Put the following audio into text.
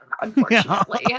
unfortunately